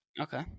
Okay